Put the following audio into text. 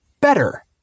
better